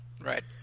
Right